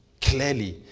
clearly